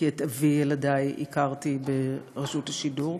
כי את אבי ילדי הכרתי ברשות השידור,